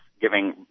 giving